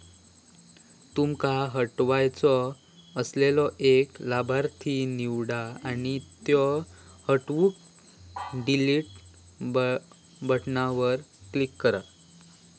तुमका हटवायचो असलेलो एक लाभार्थी निवडा आणि त्यो हटवूक डिलीट बटणावर क्लिक करा